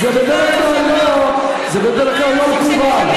זה בדרך כלל לא מקובל.